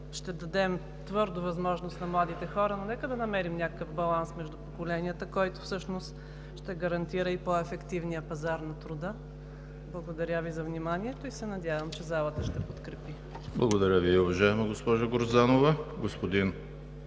„Ще дадем твърдо възможност на младите хора.“, но нека да намерим някакъв баланс между поколенията, който всъщност ще гарантира и по-ефективния пазар на труда. Благодаря Ви за вниманието и се надявам, че залата ще го подкрепи. ПРЕДСЕДАТЕЛ ЕМИЛ ХРИСТОВ: Благодаря Ви, уважаема госпожо Грозданова.